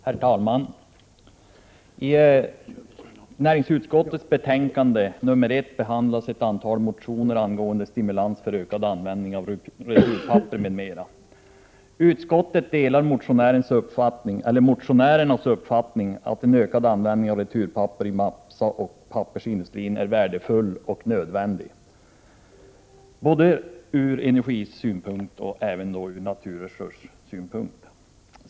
Herr talman! I näringsutskottets betänkande 1 behandlas ett antal motioner angående stimulanser för ökad användning av returpapper m.m. Utskottet delar motionärernas uppfattning, att en ökad användning av returpapper i massaoch pappersindustrin är värdefull och nödvändig både ur energisynpunkt och ur naturresurssynpunkt.